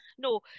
no